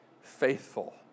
faithful